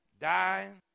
dying